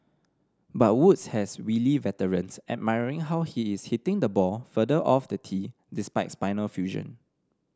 but Woods has wily veterans admiring how he is hitting the ball further off the tee despite spinal fusion